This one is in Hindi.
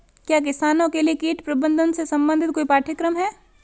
क्या किसानों के लिए कीट प्रबंधन से संबंधित कोई पाठ्यक्रम है?